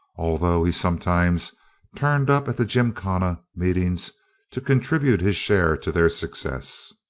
although he sometimes turned up at the gymkhana meetings to contribute his share to their success.